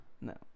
No